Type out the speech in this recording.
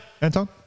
Anton